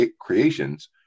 creations